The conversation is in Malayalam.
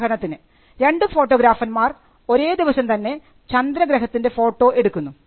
ഉദാഹരണത്തിന് രണ്ടു ഫോട്ടോഗ്രാഫർമാർ ഒരേ ദിവസം തന്നെ ചന്ദ്രഗ്രഹത്തിൻറെ ഫോട്ടോ എടുക്കുന്നു